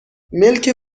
ملک